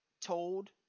told